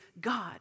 God